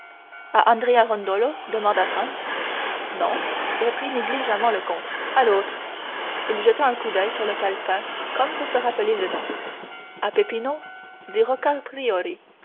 rondolo demanda franz non reprit négligemment le comte à l'autre il jeta un coup d'oeil sur le calepin comme pour se rappeler le nom à peppino dit